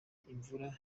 imvura